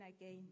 again